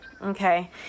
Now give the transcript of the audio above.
Okay